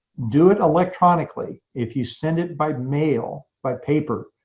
do it electronically. if you send it by mail, by paper,